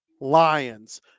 Lions